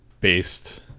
based